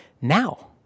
now